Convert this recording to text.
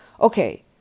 okay